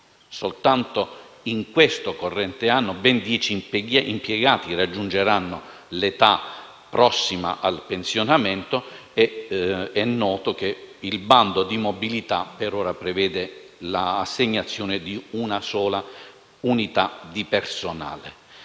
soltanto nel corrente anno, ben dieci impiegati raggiungeranno l'età prossima al pensionamento ed è noto che il bando di mobilità per ora prevede l'assegnazione di una sola unità di personale.